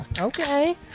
Okay